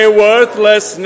worthless